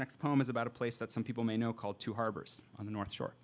next poem is about a place that some people may know called to harbors on the north shore